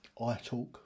iTalk